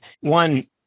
one